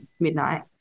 Midnight